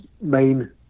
main